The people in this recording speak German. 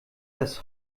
das